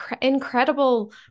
incredible